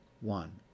one